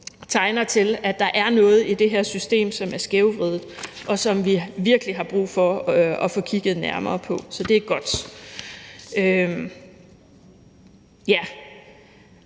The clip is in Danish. tyder på, at der er noget i det her system, som er skævvredet, og som vi virkelig har brug for at få kigget nærmere på. Så det er godt